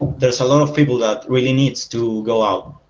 there's a lot of people that really needs to go out,